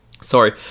Sorry